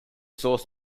source